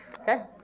Okay